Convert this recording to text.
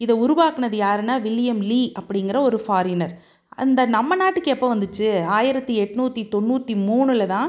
இதை உருவாக்குனது யாருன்னா வில்லியம் லி அப்படிங்குற ஒரு ஃபாரினர் அந்த நம்ம நாட்டுக்கு எப்போ வந்துச்சு ஆயிரத்தி எண்நூத்தி தொண்ணூற்றி மூணில் தான்